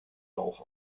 rauch